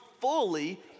fully